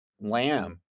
lamb